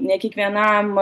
ne kiekvienam